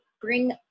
bring